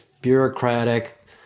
bureaucratic